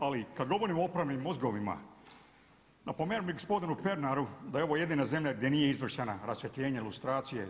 Ali kad govorimo o opranim mozgovima napomenuo bih gospodinu Pernaru da je ovo jedina zemlja gdje nije izvršeno rasvjetljenje, lustracija.